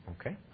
Okay